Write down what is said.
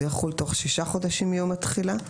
זה יחול תוך שישה חודשים מיום התחילה,